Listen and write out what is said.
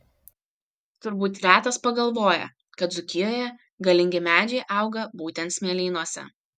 turbūt retas pagalvoja kad dzūkijoje galingi medžiai auga būtent smėlynuose